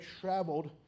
traveled